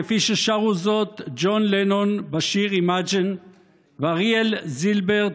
כפי ששרו זאת ג'ון לנון בשיר Imagine ואריאל זילבר,